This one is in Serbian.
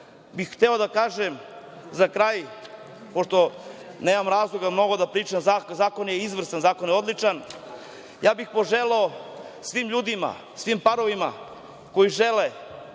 bih hteo da kažem za kraj, pošto nemam razloga mnogo da pričam, zakon je izvrstan, zakon je odličan, poželeo bih svim ljudima, svim parovima koji žele